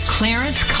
Clarence